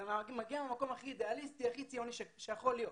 זה מגיע מקום הכי אידיאלי והכי ציוני שיכול להיות.